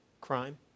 crime